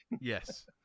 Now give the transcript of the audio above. Yes